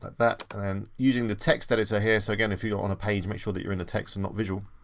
that. and using the text editor here, so again, if you're on a page, make sure that you're in the text and not visual.